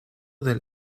del